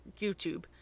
YouTube